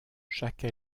chaque